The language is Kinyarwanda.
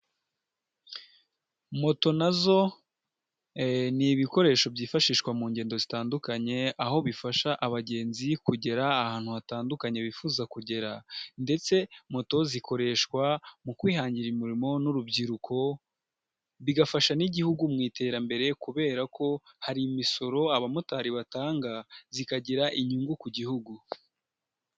Moto nazo n'ibikoresho byifashishwa mu ngendo zitandukanye aho bifasha abagenzi kugera ahantu hatandukanye bifuza kugera, ndetse moto zikoreshwa mu kwihangira imirimo n'urubyiruko bigafasha n'igihugu mu iterambere kubera ko hari imisoro abamotari batanga zikagira inyungu ku gihugu.